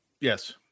Yes